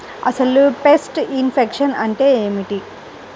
అసలు pest infection అంటే ఏమిటి?